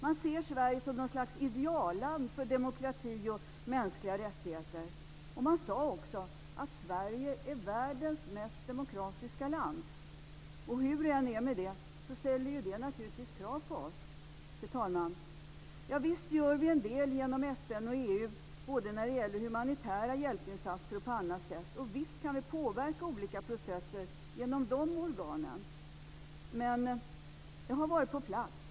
Man ser Sverige som något slags idealland för demokrati och mänskliga rättigheter. Man sade också att Sverige är världens mest demokratiska land. Hur det än är med det ställer det naturligtvis krav på oss. Fru talman! Visst gör vi en del genom FN och EU både när det gäller humanitära hjälpinsatser och på annat sätt. Visst kan vi påverka olika processer genom de organen. Men jag har varit på plats.